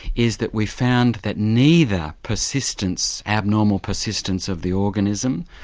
is that we found that neither persistence, abnormal persistence of the organism,